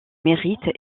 mérite